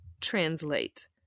translate